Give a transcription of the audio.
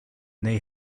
they